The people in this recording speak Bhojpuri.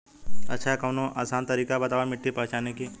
अच्छा कवनो आसान तरीका बतावा मिट्टी पहचाने की?